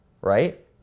right